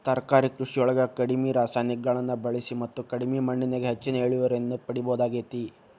ತರಕಾರಿ ಕೃಷಿಯೊಳಗ ಕಡಿಮಿ ರಾಸಾಯನಿಕಗಳನ್ನ ಬಳಿಸಿ ಮತ್ತ ಕಡಿಮಿ ಮಣ್ಣಿನ್ಯಾಗ ಹೆಚ್ಚಿನ ಇಳುವರಿಯನ್ನ ಪಡಿಬೋದಾಗೇತಿ